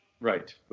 Right